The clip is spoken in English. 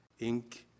Inc